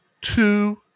two